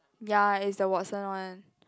ya is the Watson one